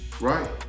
Right